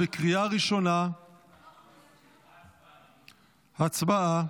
2024. הצבעה.